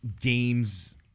games